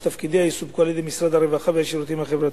תפקידיה יסופקו על ידי משרד הרווחה והשירותים החברתיים.